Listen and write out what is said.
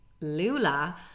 Lula